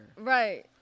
Right